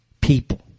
people